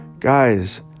Guys